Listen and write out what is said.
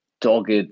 dogged